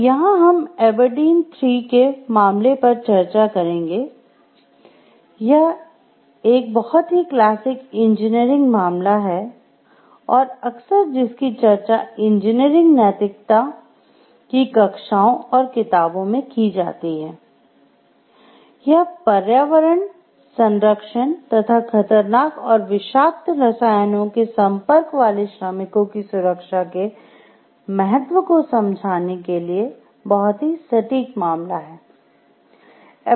तो यहां हम एबरडीन 3 रसायनों के संपर्क वाले श्रमिकों की सुरक्षा के महत्व को समझाने के लिए बहुत ही सटीक मामला है